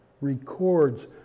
records